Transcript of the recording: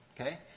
okay